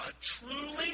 truly